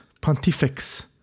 Pontifex